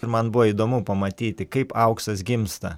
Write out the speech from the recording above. ir man buvo įdomu pamatyti kaip auksas gimsta